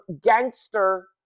gangster